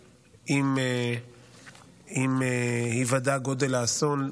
עם היוודע גודל האסון,